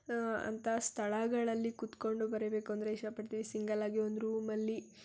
ಅಂಥ ಸ್ಥಳಗಳಲ್ಲಿ ಕೂತ್ಕೊಂಡು ಬರೀಬೇಕು ಅಂದರೆ ಇಷ್ಟಪಡ್ತೀವಿ ಸಿಂಗಲ್ಲಾಗಿ ಒಂದು ರೂಮಲ್ಲಿ